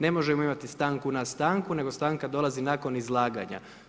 Ne možemo imati stanku na stanku, nego stanka dolazi nakon izlaganja.